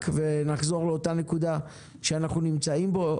ושלא נחזור לאותה נקודה שאנחנו נמצאים בה,